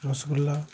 rasgulla